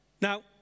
Now